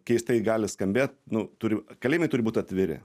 keistai gali skambėt nu turi kalėjimai turi būt atviri